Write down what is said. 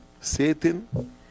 Satan